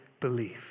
belief